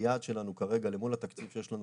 היעד שלנו כרגע אל מול התקציב שיש לנו